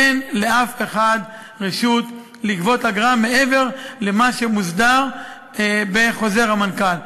אין לאף אחד רשות לגבות אגרה מעבר למה שמוסדר בחוזר המנכ"ל.